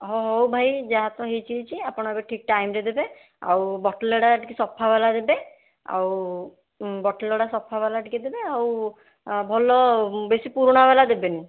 ହଁ ହଉ ଭାଇ ଯାହା ତ ହୋଇଛି ହଅଇଛି ଆପଣ ଏବେ ଠିକ୍ ଟାଇମ୍ରେ ଦେବେ ଆଉ ବୋଟଲ୍ଗୁଡ଼ା ଟିକିଏ ସଫାବାଲା ଦେବେ ଆଉ ବୋଟଲ୍ଗୁଡ଼ା ଟିକିଏ ସଫାବାଲା ଦେବେ ଆଉ ଭଲ ବେଶୀ ପୁରୁଣାବାଲା ଦେବେନି